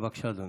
בבקשה, אדוני.